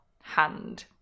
hand